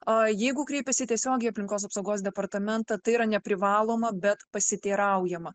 a jeigu kreipiasi tiesiogiai į aplinkos apsaugos departamentą tai yra neprivaloma bet pasiteiraujama